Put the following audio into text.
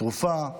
תרופה,